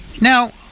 now